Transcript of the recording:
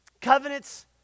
Covenant's